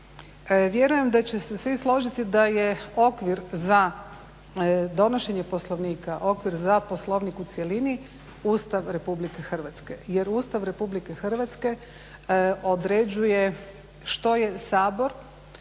Vjerujem da će se svi složiti da je okvir za donošenje Poslovnika, okvir za Poslovnik u cjelini Ustav Republike Hrvatske. Jer Ustav Republike Hrvatske određuje što je Sabor,